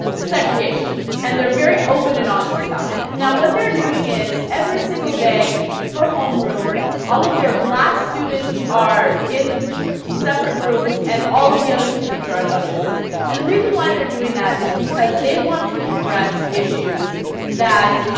segregation and they're very open and honest about it now what they're doing is every single day for homeroom all of their black students are in separate rooms and all of the other students and other rooms and the reason why they're doing that is because they want to address issues that's ah.